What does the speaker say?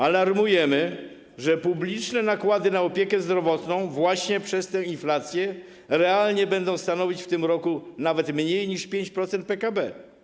Alarmujemy, że publiczne nakłady na opiekę zdrowotną właśnie przez tę inflację realnie będą stanowić w tym roku nawet mniej niż 5% PKB.